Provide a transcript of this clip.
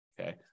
Okay